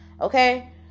okay